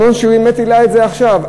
שטבון, שבאמת העלה את זה עכשיו.